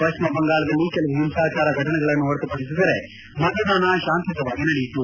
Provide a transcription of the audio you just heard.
ಪಶ್ಚಿಮ ಬಂಗಾಳದಲ್ಲಿ ಕೆಲವು ಹಿಂಸಾಚಾರ ಘಟನೆಗಳನ್ನು ಹೊರತುಪಡಿಸಿದರೆ ಮತದಾನ ಶಾಂತಿಯುತವಾಗಿ ನಡೆಯಿತು